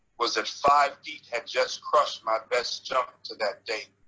was that five deep had just crushed my best jump to that date.